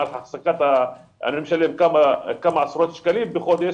אני משלם כמה עשרות שקלים בחודש,